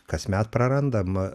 kasmet prarandama